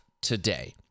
today